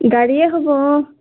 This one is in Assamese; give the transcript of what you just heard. গাড়ীয়ে হ'ব অঁ